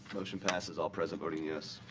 motion passes, all present voting yes.